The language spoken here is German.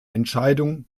entscheidung